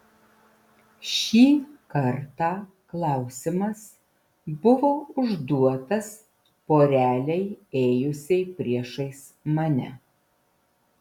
ši kartą klausimas buvo užduotas porelei ėjusiai priešais mane